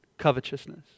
covetousness